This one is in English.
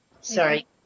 Sorry